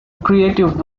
creative